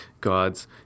god's